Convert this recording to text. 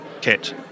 Kit